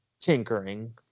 tinkering